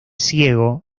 ciego